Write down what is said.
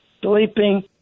sleeping